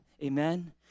Amen